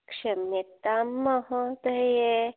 क्षम्यतां महोदये